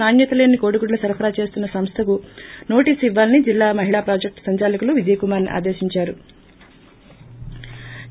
నాణ్వత లేని కోడి గ్రుడ్జ సరఫరా చేస్తున్న సంస్థకు నోటీసు ఇవ్వాలని జిల్లా మహిళా ప్రాజక్లు సంచాలకులు విజయకుమారినీ ఆదేశీంచారు